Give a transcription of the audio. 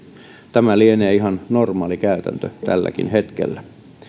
tämä lienee ihan normaalikäytäntö tälläkin hetkellä